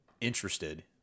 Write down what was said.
interested